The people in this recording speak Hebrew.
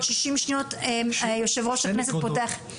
שישים שניות יושב ראש הכנסת פותח את המליאה.